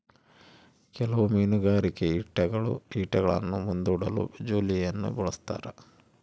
ಕೆಲವು ಮೀನುಗಾರಿಕೆ ಈಟಿಗಳು ಈಟಿಯನ್ನು ಮುಂದೂಡಲು ಜೋಲಿಯನ್ನು ಬಳಸ್ತಾರ